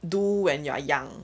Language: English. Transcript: do when you are young